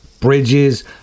bridges